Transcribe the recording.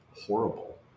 horrible